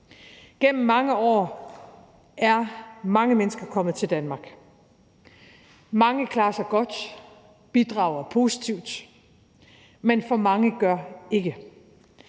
Gennem mange år er mange mennesker kommet til Danmark. Mange klarer sig godt og bidrager positivt, men for mange gør ikke.